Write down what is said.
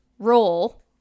roll